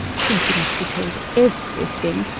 since he must be told every thing,